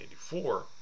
1984